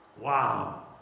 Wow